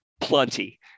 plenty